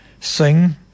sing